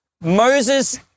Moses